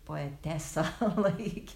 poetesa laikė